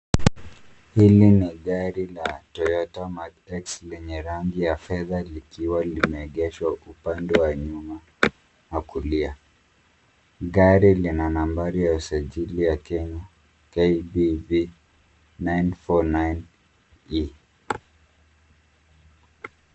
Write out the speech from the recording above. Hili ni gari la Toyota Mark X lenye rangi ya fedha likiwa limeegeshwa upande wa nyuma wa kulia. Gari lina nambari ya usajili ya Kenya KBB 949E.